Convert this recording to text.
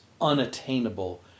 unattainable